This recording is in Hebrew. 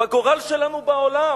בגורל שלנו בעולם.